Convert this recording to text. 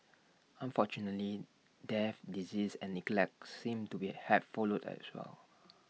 unfortunately death disease and neglect seemed to be have followed as well